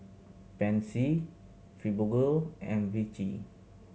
Pansy Fibogel and Vichy